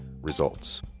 Results